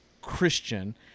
Christian